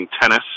tennis